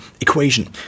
equation